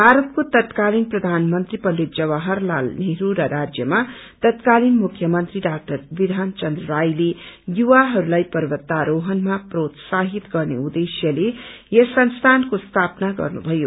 भारतको तात्कालिन प्रधानमन्त्री पण्डित जवाहरलाल नेहरू र राजयमा तात्कालिन मुख्यमन्त्री डाक्टर विधान चन्द्र रायले युवाहरूलाई पर्वतारोहणमा प्रोत्साहित गर्ने उद्धेश्यले यस संस्थानको स्थापना गर्नुभयो